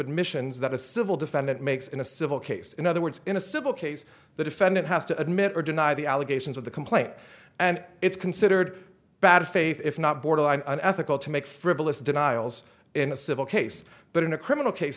admissions that a civil defendant makes in a civil case in other words in a civil case the defendant has to admit or deny the allegations of the complaint and it's considered bad faith if not borderline unethical to make frivolous denials in a civil case but in a criminal case